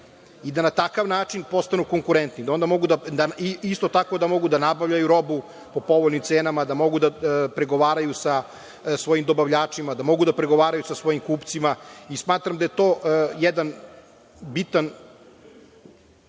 i da na takav način postanu konkurentni, da onda mogu isto tako da nabavljaju robu po povoljnim cenama, da mogu da pregovaraju sa svojim dobavljačima, da mogu da pregovaraju sa svojim kupcima. Smatram da je to jedan bitan